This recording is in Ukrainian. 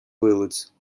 вилиць